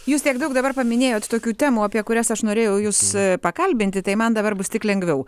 jūs tiek daug dabar paminėjot tokių temų apie kurias aš norėjau jus pakalbinti tai man dabar bus tik lengviau